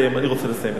אני רוצה לסיים את דברי.